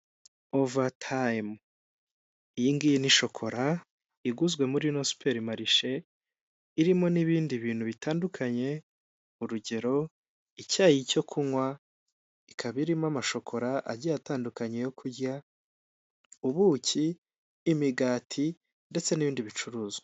Ovatayime iyi ngiyi ni shokora iguzwe muri ino superimarishe irimo n'ibindi bintu bitandukanye, urugero icyayi cyo kunywa ikaba irimo amashokora agiye atandukanye yo kurya, ubuki imigati ndetse n'ibindi bicuruzwa.